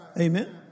Amen